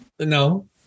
No